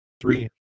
three